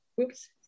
Oops